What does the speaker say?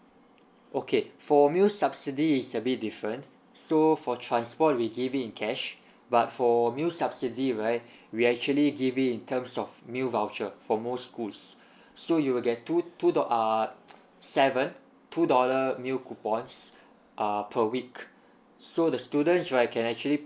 okay for meal subsidy is a bit different so for transport we give it in cash but for meal subsidy right we actually give it in terms of meal voucher for most schools so you will get two two do~ uh seven two dollar meal coupons uh per week so the students right can actually